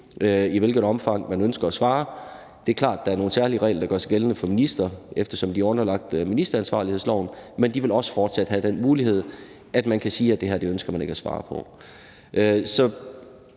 i hvilket omfang man ønsker at svare. Det er klart, at der er nogle særlige regler, der gør sig gældende for ministre, eftersom de er underlagt ministeransvarlighedsloven, men de vil også fortsat have den mulighed, at de kan sige, at det her ønsker de ikke at svare på.